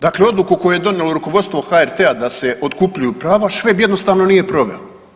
Dakle, odluku koju je donijelo rukovodstvo HRT-a da se otkupljuju prava, Šved jednostavno nije proveo.